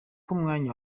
umwanya